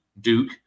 Duke